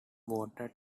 voted